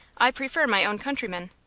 i prefer my own countrymen.